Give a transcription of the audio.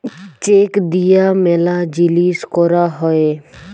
check দিয়া ম্যালা জিলিস ক্যরা হ্যয়ে